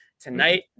Tonight